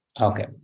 Okay